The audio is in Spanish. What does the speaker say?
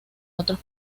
otros